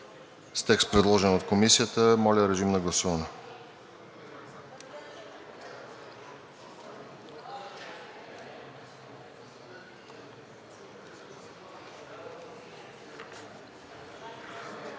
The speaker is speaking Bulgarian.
§ 39, предложен от Комисията. Моля, режим на гласуване.